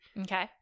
Okay